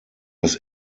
das